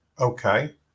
okay